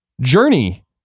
Journey